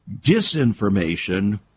disinformation